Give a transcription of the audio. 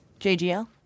JGL